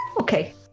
okay